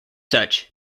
such